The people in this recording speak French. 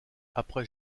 après